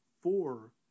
four